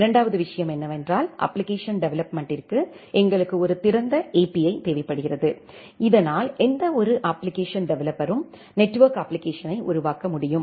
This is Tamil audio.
இரண்டாவது விஷயம் என்னவென்றால் அப்ப்ளிகேஷன் டெவெலப்மென்ட்டிற்கு எங்களுக்கு ஒரு திறந்த API தேவைப்படுகிறது இதனால் எந்தவொரு அப்ப்ளிகேஷன் டெவலப்பரும் நெட்வொர்க் அப்ப்ளிகேஷன்யை உருவாக்க முடியும்